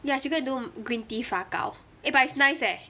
ya she go and do green tea 发糕 eh but it's nice leh